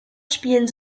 spielen